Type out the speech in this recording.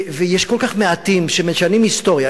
ויש כל כך מעטים שמשנים היסטוריה.